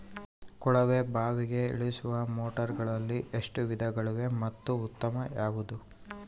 ಕೊಳವೆ ಬಾವಿಗೆ ಇಳಿಸುವ ಮೋಟಾರುಗಳಲ್ಲಿ ಎಷ್ಟು ವಿಧಗಳಿವೆ ಮತ್ತು ಉತ್ತಮ ಯಾವುದು?